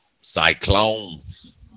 Cyclones